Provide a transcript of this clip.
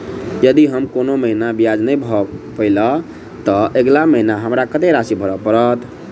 यदि हम कोनो महीना ब्याज नहि भर पेलीअइ, तऽ अगिला महीना हमरा कत्तेक राशि भर पड़तय?